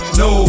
no